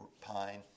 pine